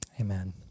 amen